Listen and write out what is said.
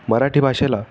मराठी भाषेला